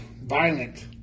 violent